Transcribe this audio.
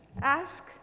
ask